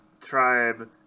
tribe